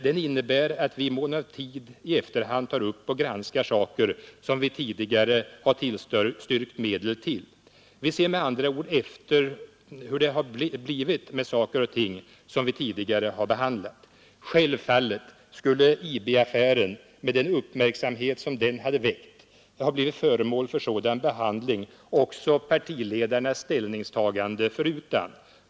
Den innebär att vi, i mån av tid, i efterhand tar upp och granskar saker som vi tidigare har tillstyrkt medel till. Vi ser med andra ord efter hur det har blivit med det som vi tidigare har behandlat. Självfallet skulle IB-affären med den uppmärksamhet som den har väckt ha blivit föremål för sådan behandling också partiledarnas ställningstagande förutan.